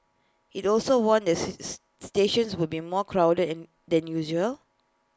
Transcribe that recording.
IT also warned that stations would be more crowded and than usual